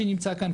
שנמצא כאן,